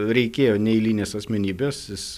reikėjo neeilinės asmenybės jis